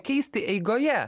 keisti eigoje